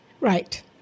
Right